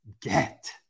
get